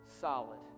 solid